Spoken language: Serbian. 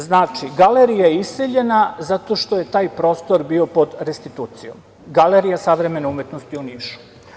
Znači, galerija iseljena zato što je taj prostor bio pod restitucijom, galerija Savremene umetnosti u Nišu.